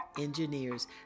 engineers